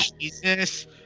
Jesus